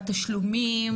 לתשלומים,